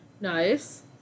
Nice